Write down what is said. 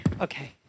Okay